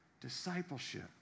Discipleship